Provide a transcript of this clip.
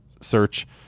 search